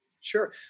Sure